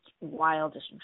wildest